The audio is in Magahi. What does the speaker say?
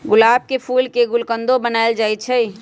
गुलाब के फूल के गुलकंदो बनाएल जाई छई